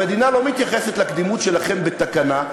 המדינה לא מתייחסת לקדימות שלכם בתקנה,